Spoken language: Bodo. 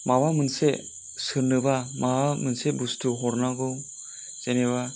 माबा मोनसे सोरनोबा माबा मोनसे बुस्थु हरनांगौ जेन'बा